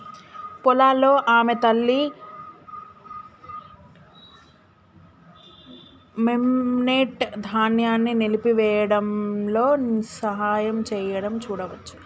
పొలాల్లో ఆమె తల్లి, మెమ్నెట్, ధాన్యాన్ని నలిపివేయడంలో సహాయం చేయడం చూడవచ్చు